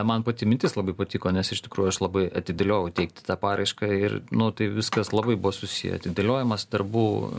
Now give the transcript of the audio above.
man pati mintis labai patiko nes iš tikrųjų aš labai atidėliojau teikti tą paraišką ir nu tai viskas labai buvo susiję atidėliojimas darbų